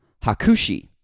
Hakushi